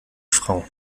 frau